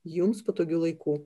jums patogiu laiku